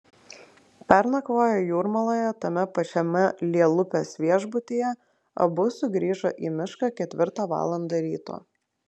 pernakvoję jūrmaloje tame pačiame lielupės viešbutyje abu sugrįžo į mišką ketvirtą valandą ryto